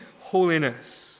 holiness